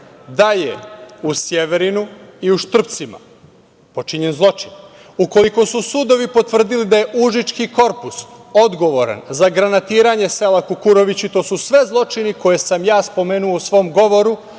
da je u Sjeverinu i u Štrpcima počinjen zločin, ukoliko su sudovi potvrdili da je Užički korpus odgovoran za granatiranje sela Kukurovići, to su sve zločini koje sam ja spomenuo u svom govoru,